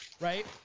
right